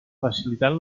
facilitant